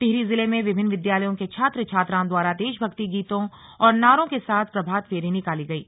टिहरी जिले में विभिन्न विद्यालयों के छात्र छात्राओं द्वारा देशभक्ति गीतों और नारों के साथ प्रभात फेरी निकाली गयी